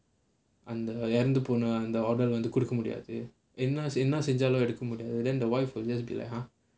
அந்த இறந்து போன அந்த:antha eranthu pona order வந்து கொடுக்க முடியாது என்ன செஞ்சாலும் எடுக்க முடியாது:vanthu kodukka mudiyaathu enna senjaalum edukka mudiyaathu then the wife will just be like !huh!